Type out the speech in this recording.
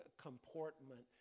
comportment